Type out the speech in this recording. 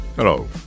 Hello